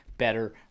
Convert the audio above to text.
better